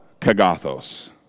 kagathos